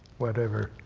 whatever.